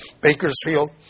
Bakersfield